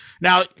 now